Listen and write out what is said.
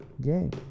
Game